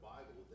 Bible